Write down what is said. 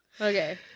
Okay